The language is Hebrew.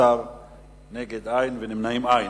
נגד, אין, ונמנעים, אין.